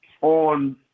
on